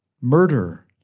murder